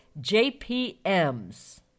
JPMs